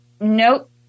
Nope